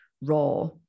raw